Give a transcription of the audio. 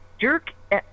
jerk